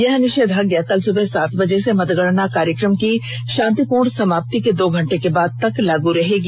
यह निषेधाज्ञा कल सुबह सात बजे से मतगणना कार्यक्रम की शांतिपूर्ण समाप्ति के दो घंटे के बाद तक लागू रहेगी